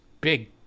big